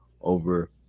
over